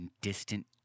distant